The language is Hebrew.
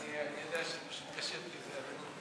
אני יודע שפשוט קשה בלי זה.